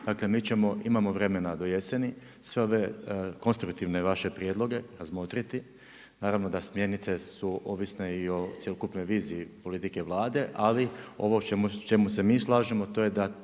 Dakle mi ćemo, imamo vremena do jeseni, sve ove konstruktivne vaše prijedloge razmotriti. Naravno da smjernice su ovisne i o cjelokupnoj viziji politike Vlade ali ovo o čemu se mi slažemo a to je da